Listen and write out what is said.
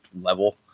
level